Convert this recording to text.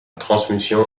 transmission